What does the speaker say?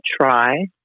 try